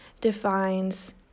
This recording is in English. defines